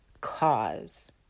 cause